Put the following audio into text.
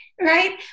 Right